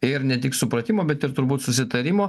ir ne tik supratimo bet ir turbūt susitarimo